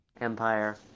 Empire